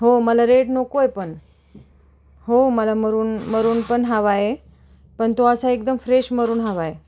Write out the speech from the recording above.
हो मला रेड नको आहे पण हो मला मरून मरून पण हवा आहे पण तो असा एकदम फ्रेश मरून हवा आहे